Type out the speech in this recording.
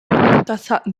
hatten